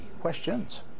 questions